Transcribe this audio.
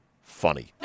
funny